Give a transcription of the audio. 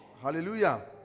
Hallelujah